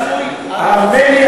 האמן לי,